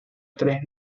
tres